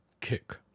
kick